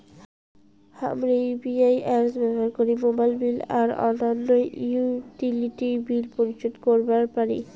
হামরা UPI apps ব্যবহার করি মোবাইল বিল আর অইন্যান্য ইউটিলিটি বিল পরিশোধ করিবা পারি